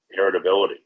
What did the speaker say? heritability